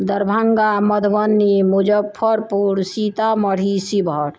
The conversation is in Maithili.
दरभंगा मधुबनी मुजफ्फरपुर सीतामढ़ी शिवहर